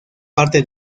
parte